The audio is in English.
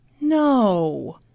No